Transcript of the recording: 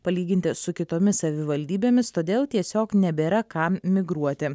palyginti su kitomis savivaldybėmis todėl tiesiog nebėra kam migruoti